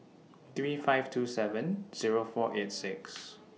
three five two seven Zero four eight six